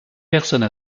personne